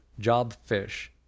jobfish